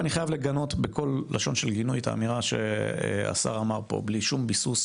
אני חייב לגנות בכל לשון של גינוי את האמירה שהשר האמר פה בלי שום ביסוס